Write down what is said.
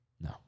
No